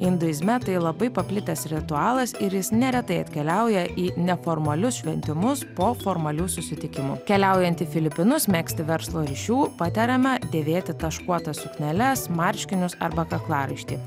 induizme tai labai paplitęs ritualas ir jis neretai atkeliauja į neformalius šventimus po formalių susitikimų keliaujant į filipinus megzti verslo ryšių patariama dėvėti taškuotas sukneles marškinius arba kaklaraištį